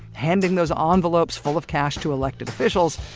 handing those ah envelopes full of cash to elected officials.